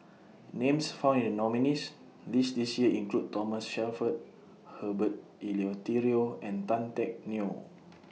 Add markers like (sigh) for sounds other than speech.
Names found in nominees' list This Year include Thomas Shelford Herbert Eleuterio and Tan Teck Neo (noise)